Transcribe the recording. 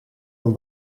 een